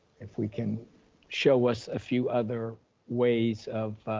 if we can show us a few other ways of